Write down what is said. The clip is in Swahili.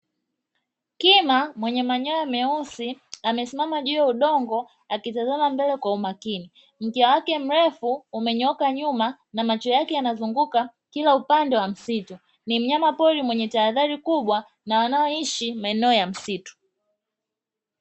Kima mwenye manyoya meusi amesimama juu ya udongo akitamaza mbele kwa umakini, mkia wake mrefu umenyooka nyuma na macho yake yanazunguka kila upande ya msitu. Ni mnyama pori mwenye tayadhari kubwa na wanaoishi maeneo ya msitu.